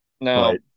No